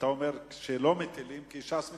אתה אומר שלא מטילים כי ש"ס מתנגדת,